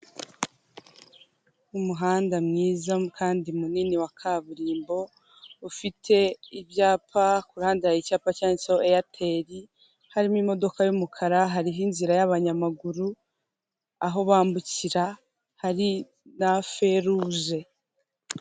Umuhanda mwiza kandi munini wa kaburimbo, ufite ibyapa kuruhande hari icyapa cyanditseho eyateri, harimo imodoka y'umukara, hariho inzira y'abanyamaguru, aho bambukira, hari na feruje.